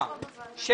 אני.